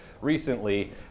recently